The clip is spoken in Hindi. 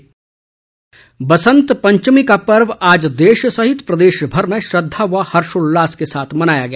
बसंत पंचमी बसंत पंचमी का पर्व आज देश सहित प्रदेशभर में श्रद्धा व हर्षोल्लास के साथ मनाया गया